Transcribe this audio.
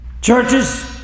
churches